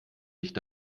nicht